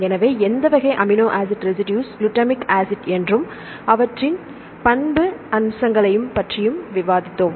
எனவே எந்த வகை amino acid residues glutamic acid என்றும் மற்றும் அவற்றின் பல்வேறு பண்பு அம்சங்களைப் பற்றியும் விவாதித்தோம்